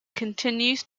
continues